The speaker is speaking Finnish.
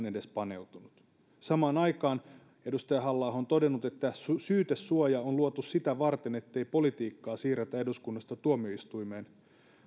edes paneutunut samaan aikaan edustaja halla aho on todennut että syytesuoja on luotu sitä varten ettei politiikkaa siirretä eduskunnasta tuomioistuimeen